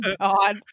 God